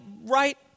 right